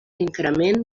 increment